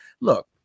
Look